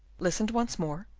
listened once more,